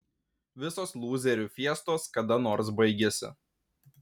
visos lūzerių fiestos kada nors baigiasi